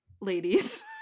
ladies